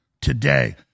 today